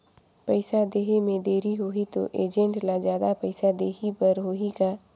पइसा देहे मे देरी होही तो एजेंट ला जादा पइसा देही बर होही का?